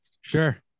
Sure